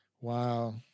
Wow